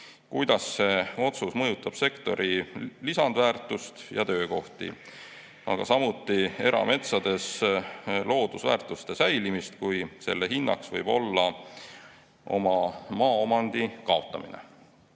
Kuidas see otsus mõjutab sektori lisandväärtust ja töökohti, aga samuti erametsades loodusväärtuste säilitamist, kui selle hinnaks võib olla oma maaomandi kaotamine?"